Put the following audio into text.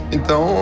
Então